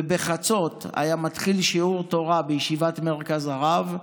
ובחצות היה מתחיל שיעור תורה בישיבת מרכז הרב,